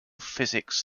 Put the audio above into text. physics